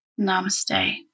Namaste